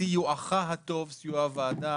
בסיועך הטוב, סיוע הוועדה